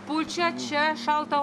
pučia čia šaltą